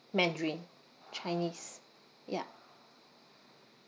mandarin chinese ya